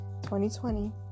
2020